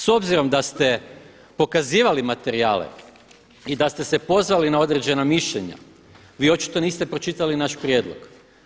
S obzirom da ste pokazivali materijale i da ste se pozvali na određena mišljenja, vi očito niste pročitali naš prijedlog.